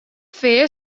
fer